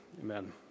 Amen